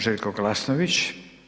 Željko Glasnović.